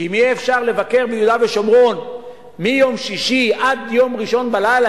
כי אם יהיה אפשר לבקר ביהודה ושומרון מיום שישי עד יום ראשון בלילה,